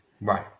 right